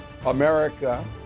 America